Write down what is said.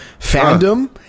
fandom